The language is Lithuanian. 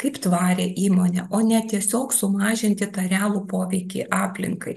kaip tvarią įmonę o ne tiesiog sumažinti tą realų poveikį aplinkai